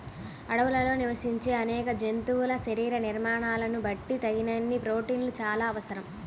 అడవుల్లో నివసించే అనేక జంతువుల శరీర నిర్మాణాలను బట్టి తగినన్ని ప్రోటీన్లు చాలా అవసరం